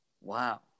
Wow